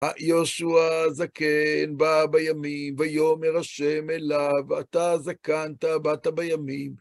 יהושע זקן בא בימים, ויאמר השם אליו: אתה זקנת, באת בימים.